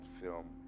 film